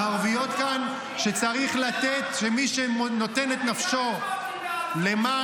הערביות כאן -- כי הוא בעד ----- שמי שנותן את נפשו למען